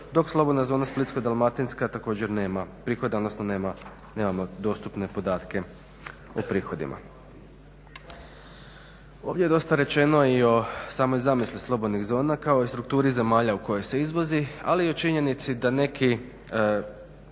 dok slobodna zona Splitsko-dalmatinska također nema prihoda, također nemamo dostupne podatke o prihodima. Ovdje je dosta rečeno i o samoj zamisli slobodnih zona kao i strukturi zemalja u kojoj se izvozi ali o činjenici da neki